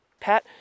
Pat